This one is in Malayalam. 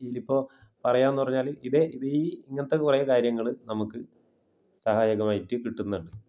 ഇതിലിപ്പോൾ പറയാമെന്ന് പറഞ്ഞാൽ ഇതേ ഇത് ഇങ്ങനത്തെ കുറേ കാര്യങ്ങൾ നമ്മൾക്ക് സഹായകമായിട്ട് കിട്ടുന്നുണ്ട്